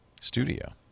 studio